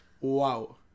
Wow